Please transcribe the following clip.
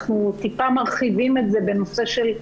אנחנו טיפה מרחיבים את זה בנושא של,